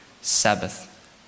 Sabbath